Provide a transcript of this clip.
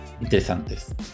Interesantes